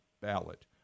ballot